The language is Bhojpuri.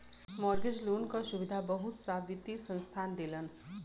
मॉर्गेज लोन क सुविधा बहुत सा वित्तीय संस्थान देलन